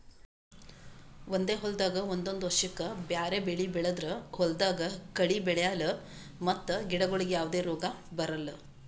ಒಂದೇ ಹೊಲ್ದಾಗ್ ಒಂದೊಂದ್ ವರ್ಷಕ್ಕ್ ಬ್ಯಾರೆ ಬೆಳಿ ಬೆಳದ್ರ್ ಹೊಲ್ದಾಗ ಕಳಿ ಬೆಳ್ಯಾಲ್ ಮತ್ತ್ ಗಿಡಗೋಳಿಗ್ ಯಾವದೇ ರೋಗ್ ಬರಲ್